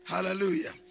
Hallelujah